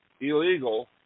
illegal